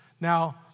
Now